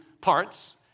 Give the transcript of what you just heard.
parts